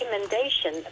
recommendation